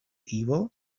evil